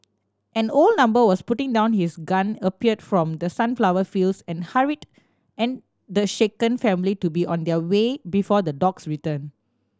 an old number was putting down his gun appeared from the sunflower fields and hurried and the shaken family to be on their way before the dogs return